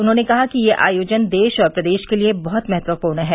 उन्होंने कहा कि यह आयोजन देश और प्रदेश के लिये बहुत महत्वपूर्ण है